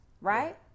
Right